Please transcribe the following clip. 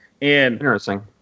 Interesting